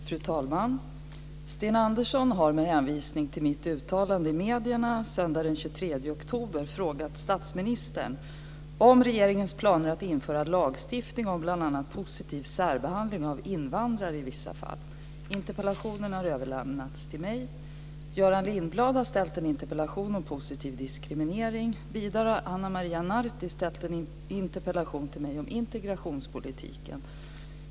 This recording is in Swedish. Fru talman! Sten Andersson har med hänvisning till mitt uttalande i medierna söndagen den 23 oktober 2000 frågat statsministern om regeringens planer att införa lagstiftning om bl.a. positiv särbehandling av invandrare i vissa fall. Interpellationen har överlämnats till mig. Göran Lindblad har ställt en interpellation om positiv diskriminering. Vidare har Ana Maria Narti ställt en interpellation till mig om integrationspolitiken.